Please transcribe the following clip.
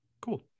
Cool